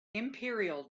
imperial